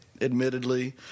admittedly